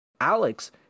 Alex